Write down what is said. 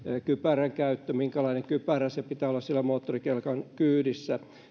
kypäränkäyttö eli minkälainen kypärä pitää olla siellä moottorikelkan kyydissä